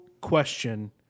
question